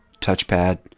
touchpad